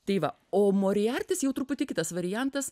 tai va o morijartis jau truputį kitas variantas